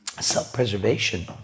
self-preservation